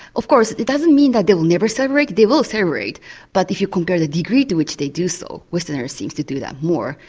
of course it doesn't mean that they will never celebrate. they will celebrate, but if you compare the degree to which they do so westerners seem to do that more,